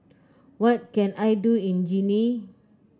what can I do in Guinea